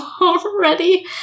already